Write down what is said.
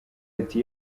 ati